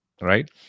right